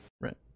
Right